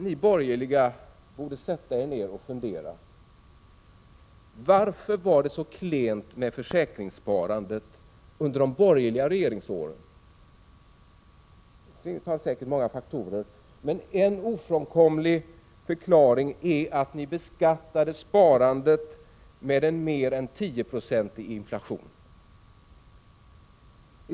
Ni borgerliga borde sätta er ned och fundera över varför försäkringssparandet var så klent under de borgerliga regeringsåren. Det finns säkert många faktorer som spelar in, men en ofrånkomlig förklaring är att ni beskattade sparandet med en mer än 10-procentig inflation.